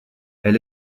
elle